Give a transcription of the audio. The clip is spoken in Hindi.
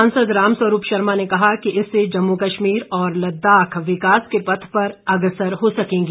सांसद रामस्वरूप शर्मा ने कहा कि इससे जम्मू कश्मीर और लद्दाख विकास के पथ पर अग्रसर हो सकेंगे